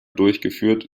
durchgeführt